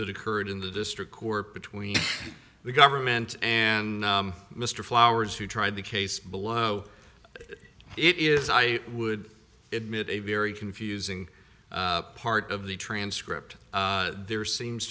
that occurred in the district court between the government and mr flowers who tried the case below it is i would admit a very confusing part of the transcript there seems